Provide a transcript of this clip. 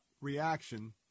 reaction